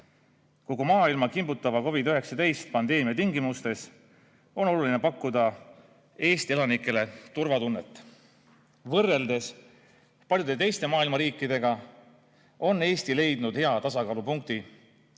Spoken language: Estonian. Kogu maailma kimbutava COVID‑19 pandeemia tingimustes on oluline pakkuda Eesti elanikele turvatunnet. Võrreldes paljude teiste maailma riikidega on Eesti leidnud hea tasakaalupunkti